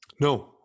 No